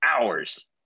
hours